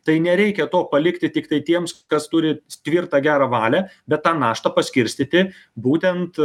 tai nereikia to palikti tiktai tiems kas turi tvirtą gerą valią bet tą naštą paskirstyti būtent